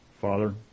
Father